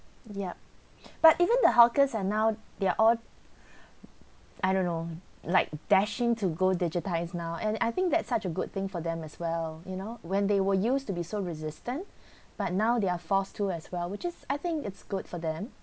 yup but even the hawkers are now they are all I don't know like dashing to go digitize now and I think that's such a good thing for them as well you know when they were used to be so resistant but now they are forced to as well which is I think it's good for them